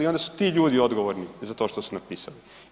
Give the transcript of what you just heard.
I onda su ti ljudi odgovorni za to što su napisali.